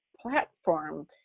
platform